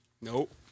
Nope